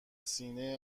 سینه